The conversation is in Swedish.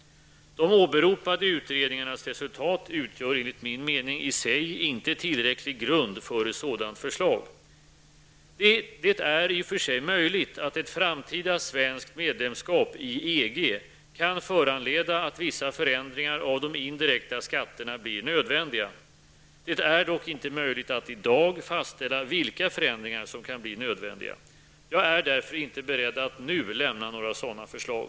De åberopade utredningarnas resultat utgör enligt min mening i sig inte tillräcklig grund för ett sådant förslag. Det är i och för sig möjligt att ett framtida svenskt medlemskap i EG kan föranleda att vissa förändringar av de indirekta skatterna blir nödvändiga. Det är dock inte möjligt att i dag fastställa vilka förändringar som kan bli nödvändiga. Jag är därför inte beredd att nu lämna några sådana förslag.